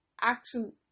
action